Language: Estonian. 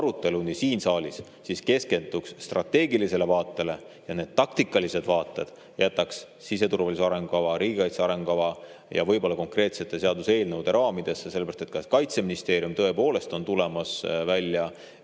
siin saalis, siis keskenduks strateegilisele vaatele ja taktikalised vaated jätaks siseturvalisuse arengukava, riigikaitse arengukava ja võib-olla konkreetsete seaduseelnõude raamidesse. Sellepärast et ka Kaitseministeerium tõepoolest on tulemas välja